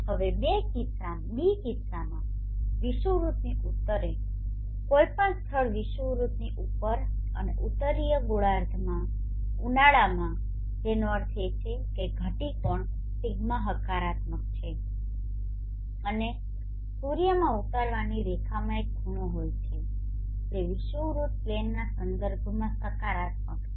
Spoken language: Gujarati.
હવે બી કિસ્સામાં વિષુવવૃત્તની ઉત્તરે કોઈ પણ સ્થળ વિષુવવૃત્તની ઉપર અને ઉત્તરીય ગોળાર્ધમાં ઉનાળામાં જેનો અર્થ એ છે કે ઘટી કોણ δ હકારાત્મક છે અને સૂર્યમાં ઉતારવાની રેખામાં એક ખૂણો હોય છે જે વિષુવવૃત્ત પ્લેનના સંદર્ભમાં સકારાત્મક છે